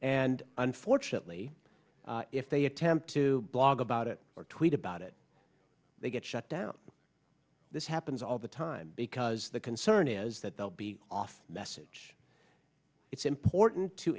and unfortunately if they attempt to blog about it or tweet about it they get shut down this happens all the time because the concern is that they'll be off message it's important to